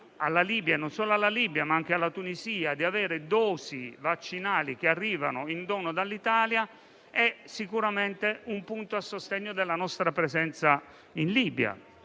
possibilità non solo alla Libia, ma anche alla Tunisia di avere dosi vaccinali che arrivano in dono dall'Italia è sicuramente un punto a sostegno della nostra presenza in Libia.